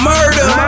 Murder